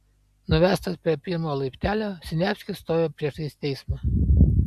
nuvestas prie pirmo laiptelio siniavskis stojo priešais teismą